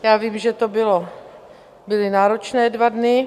Já vím, že to byly náročné dva dny.